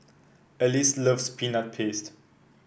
Alice loves Peanut Paste